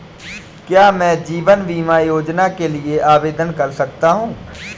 क्या मैं जीवन बीमा योजना के लिए आवेदन कर सकता हूँ?